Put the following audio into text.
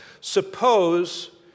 Suppose